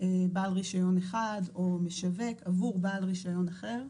בעל רישיון אחד או משווק עבור בעל רישיון אחר.